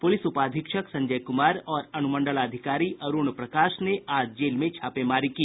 police उपाधीक्षक संजय कुमार और अनुमंडलाधिकारी अरूण प्रकाश ने आज जेल में छापेमारी की